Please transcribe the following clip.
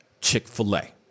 Chick-fil-A